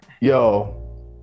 yo